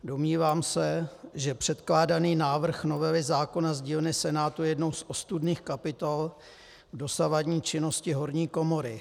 Domnívám se, že předkládaný návrh novely zákona z dílny Senátu je jednou z ostudných kapitol dosavadní činnosti horní komory.